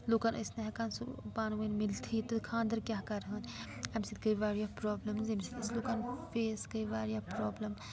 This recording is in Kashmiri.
لُکَن ٲسۍ نہٕ ہٮ۪کان سُہ پانہٕ ؤنۍ مِلتھٕے تہٕ خانٛدَر کیٛاہ کَرٕہَن اَمہِ سۭتۍ گٔے واریاہ پرٛابلِمٕز ییٚمہِ سۭتۍ اَسہِ لُکَن فیس گٔے واریاہ پرٛابلِم